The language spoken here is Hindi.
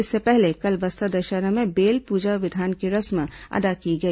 इससे पहले कल बस्तर दशहरा में बेल पूजा विधान की रस्म अदा की गई